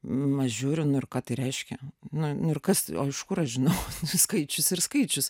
aš žiūriu nu ir kad reiškia nu nu ir kas o iš kur aš žinau skaičius ir skaičius